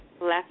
left